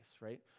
right